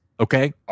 Okay